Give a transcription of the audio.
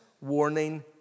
warning